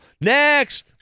Next